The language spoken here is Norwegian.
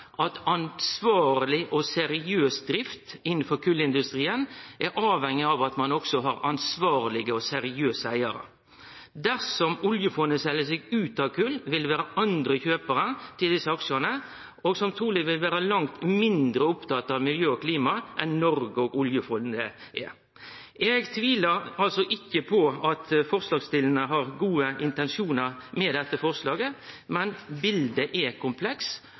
at ansvarleg og seriøs drift innanfor kolindustrien er avhengig av at ein også har ansvarlege og seriøse eigarar. Dersom oljefondet sel seg ut av kol, vil det vere andre kjøparar til desse aksjane, og dei vil truleg vere langt mindre opptatte av miljø og klima enn Noreg og oljefondet er. Eg tvilar ikkje på at dei som har fremja dette forslaget har gode intensjonar med det, men bildet er